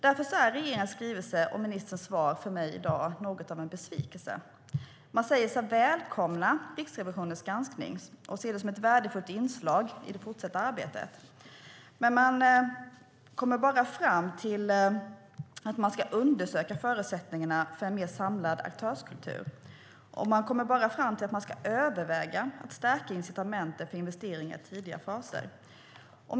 Därför är regeringens skrivelse och ministerns svar till mig i dag något av en besvikelse. Man säger sig välkomna Riksrevisionens granskning och ser den som ett värdefullt inslag i det fortsatta arbetet. Men man kommer bara fram till att man ska undersöka förutsättningarna för en mer samlad aktörskultur och att man ska överväga att stärka incitamenten för investeringar i tidiga faser.